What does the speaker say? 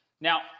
now